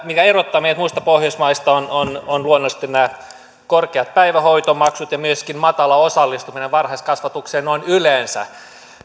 mikä erottaa meidät muista pohjoismaista on on luonnollisesti korkeat päivähoitomaksut ja myöskin matala osallistuminen varhaiskasvatukseen noin yleensä